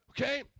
Okay